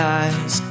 eyes